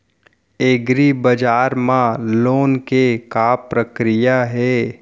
एग्रीबजार मा लोन के का प्रक्रिया हे?